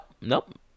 nope